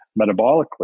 metabolically